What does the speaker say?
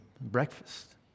breakfast